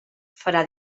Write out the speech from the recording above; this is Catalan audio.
farà